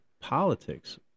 politics